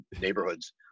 neighborhoods